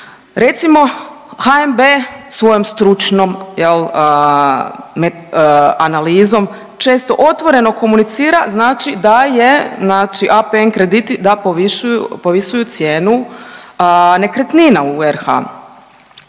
Recimo HNB svojom stručnom jel analizom često otvoreno komunicira, znači da je znači APN krediti da povisuju cijenu nekretnina u RH.